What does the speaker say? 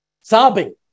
sobbing